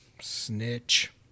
Snitch